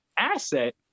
Asset